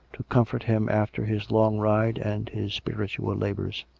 to comfort him after his long ride and his spiritual labours.